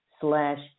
slash